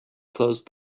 close